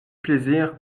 plaisir